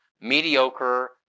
mediocre